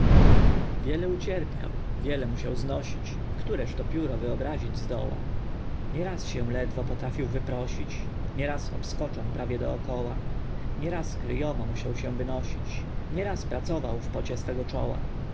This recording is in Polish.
wiele ucierpiał wiele musiał znosić któreżto pióro wyobrazić zdoła nie raz się ledwo potrafił wyprosić nie raz obskoczon prawie dookoła nie raz kryjomo musiał się wynosić nie raz pracował w pocie swego czoła